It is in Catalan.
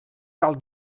cal